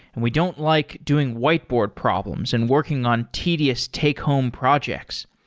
and we don't like doing whiteboard problems and working on tedious take home projects.